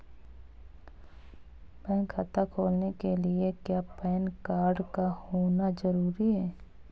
Bank खाता खोलने के लिए क्या पैन कार्ड का होना ज़रूरी है?